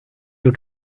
you